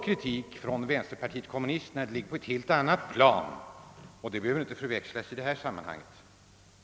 Kritiken från vänsterpartiet kommunisterna ligger på ett helt annat plan, och den skall inte förväxlas med den som framförts från borgerligt håll.